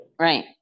Right